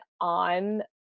on